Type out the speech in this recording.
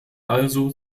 also